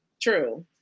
True